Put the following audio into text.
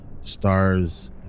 stars